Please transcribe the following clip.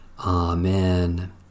Amen